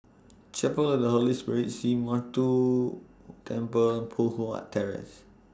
Chapel of The Holy Spirit Sree Temple Poh Huat Terrace